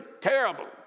terrible